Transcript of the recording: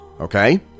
Okay